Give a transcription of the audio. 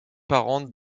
parentes